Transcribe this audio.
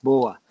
Boa